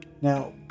Now